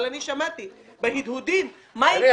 אבל אני שמעתי בהדהודים מה יקרה --- שר העבודה,